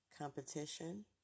Competition